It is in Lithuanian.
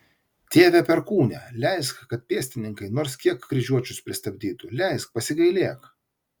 tėve perkūne leisk kad pėstininkai nors kiek kryžiuočius pristabdytų leisk pasigailėk